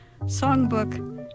songbook